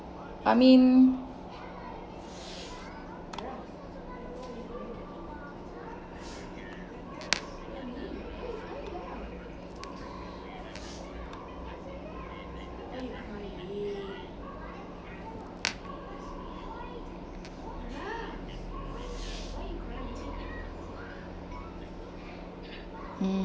I mean mm